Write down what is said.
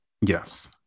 yes